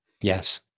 Yes